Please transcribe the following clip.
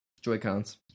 Joy-Cons